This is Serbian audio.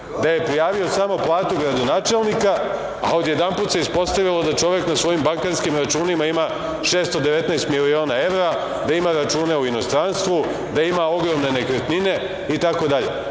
da je prijavio samo platu gradonačelnika, a odjedanput se ispostavilo da čovek na svojim bankarskim računima ima 619 miliona evra, da ima račune u inostranstvu, da ima ogromne nekretnine, itd.